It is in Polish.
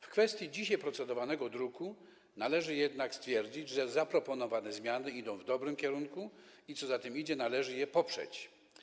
W kwestii procedowanego dzisiaj projektu należy jednak stwierdzić, że zaproponowane zmiany idą w dobrym kierunku i co za tym idzie, należy je poprzeć.